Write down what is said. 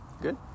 good